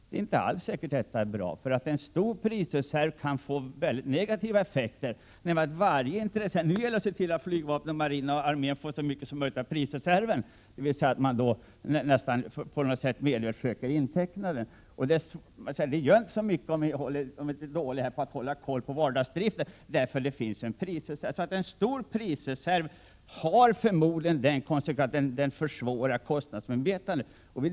Det är inte alls säkert att det hade varit bra, för en stor prisreserv kan få negativa effekter genom att varje intressent försöker se till att få så mycket som möjligt av prisreserven, dvs. att man medvetet försöker på något sätt inteckna den. Man skulle också resonera som så att det inte gör så mycket om vi är dåliga att hålla koll på vardagsdriften, eftersom det finns en prisreserv. En större prisreserv har förmodligen den konsekvensen att den försämrar kostnadsmedvetandet.